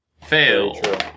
Fail